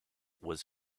was